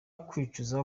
kwicuza